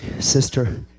Sister